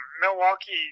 Milwaukee